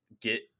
get